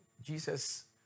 Jesus